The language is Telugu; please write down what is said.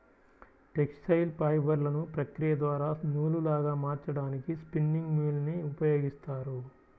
టెక్స్టైల్ ఫైబర్లను ప్రక్రియ ద్వారా నూలులాగా మార్చడానికి స్పిన్నింగ్ మ్యూల్ ని ఉపయోగిస్తారు